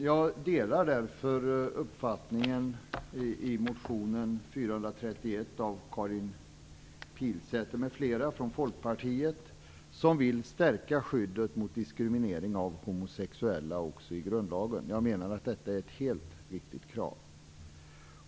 Jag delar därför uppfattningen i motion 431 av Karin Pilsäter m.fl. från Folkpartiet där det talas om att stärka skyddet mot diskriminering av homosexuella även i grundlagen. Jag menar att detta krav är helt riktigt.